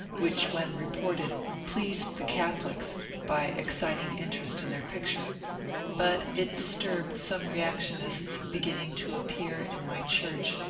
which when reported pleased the catholics by exciting interest in their picture but it disturbed some reactionists beginning to appear in my church,